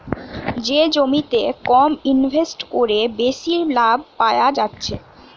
যে জমিতে কম ইনভেস্ট কোরে বেশি লাভ পায়া যাচ্ছে